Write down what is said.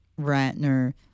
Ratner